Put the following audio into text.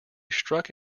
struck